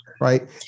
right